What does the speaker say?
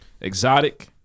Exotic